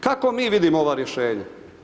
Kako mi vidimo ova rješenja?